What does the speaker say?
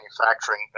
manufacturing